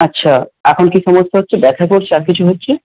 আচ্ছা এখন কী সমস্যা হচ্ছে ব্যাথা করছে আর কিছু হচ্ছে